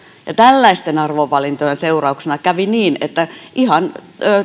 tällaisten arvovalintojen seurauksena kävi niin että ihan